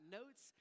notes